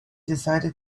decided